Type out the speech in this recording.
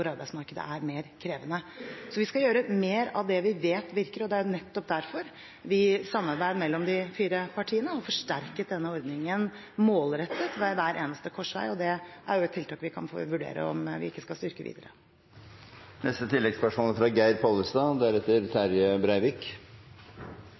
arbeidsmarkedet er mer krevende. Vi skal gjøre mer av det vi vet virker, og det er nettopp derfor vi i et samarbeid mellom de fire partiene har forsterket denne ordningen målrettet ved hver eneste korsvei. Det er et tiltak vi får vurdere om vi skal styrke videre. Geir Pollestad – til oppfølgingsspørsmål. Investeringer i vei og jernbane er